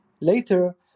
later